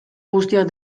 guztiak